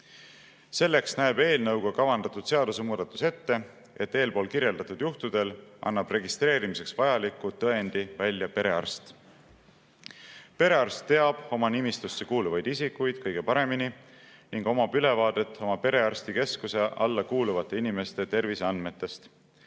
Selleks näeb eelnõuga kavandatud seadusemuudatus ette, et eelpool kirjeldatud juhtudel annab registreerimiseks vajaliku tõendi välja perearst. Perearst teab oma nimistusse kuuluvaid isikuid kõige paremini ning omab ülevaadet oma perearstikeskuse alla kuuluvate inimeste terviseandmetest.